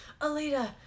Alita